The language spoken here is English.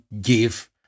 give